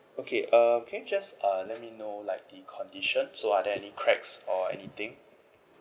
okay uh can you just uh let me know like the condition so are there any cracks or anything